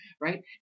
right